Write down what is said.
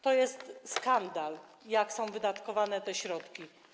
To jest skandal, jak są wydatkowane te środki.